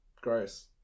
gross